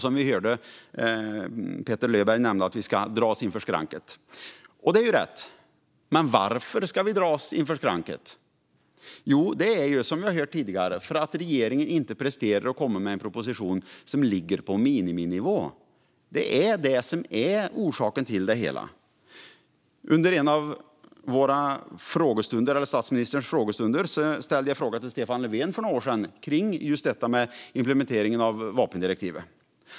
Som vi hörde Petter Löberg nämna ska Sverige dras inför skranket. Det är rätt, men varför ska vi dras inför skranket? Jo, som vi hörde tidigare är det för att regeringen inte klarar att komma med en proposition som ligger på miniminivå. Det är orsaken till det hela. Under en av statsministerns frågestunder för några år sedan ställde jag en fråga till Stefan Löfven om implementeringen av vapendirektivet.